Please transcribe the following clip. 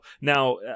Now